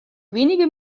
wenige